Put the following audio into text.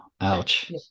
ouch